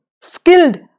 skilled